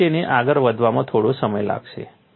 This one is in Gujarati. પછી તેને આગળ વધવામાં થોડો સમય લાગશે